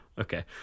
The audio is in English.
Okay